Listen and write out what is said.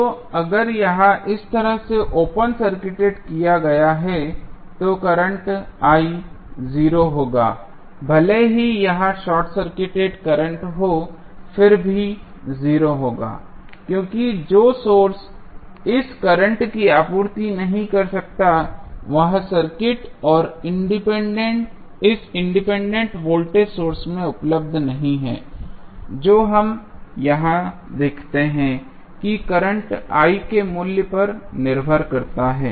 तो अगर यह इस तरह से ओपन सर्किटेड किया गया है तो करंट 0 होगा भले ही यह शार्ट सर्किटेड करंट हो फिर भी 0 होगा क्योंकि जो सोर्स इस करंट की आपूर्ति कर सकता है वह सर्किट और इस डिपेंडेंट वोल्टेज सोर्स में उपलब्ध नहीं है जो हम यहां देखते हैं कि करंट के मूल्य पर निर्भर करता हैं